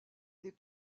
des